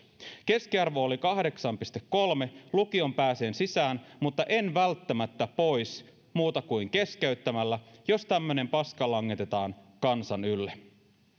keskiarvo oli kahdeksan pilkku kolme lukioon pääsen sisään mutta en välttämättä pois muuta kuin keskeyttämällä jos tämmöinen paska langetetaan kansan ylle